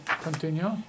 Continue